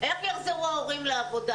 איך יחזרו ההורים לעבודה?